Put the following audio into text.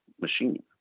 machine